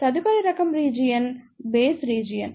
తదుపరి రకం region base region